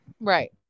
Right